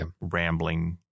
rambling